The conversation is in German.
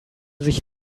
sich